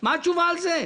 מה התשובה על זה?